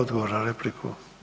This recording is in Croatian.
Odgovor na repliku.